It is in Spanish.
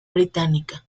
británica